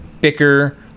bicker